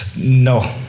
No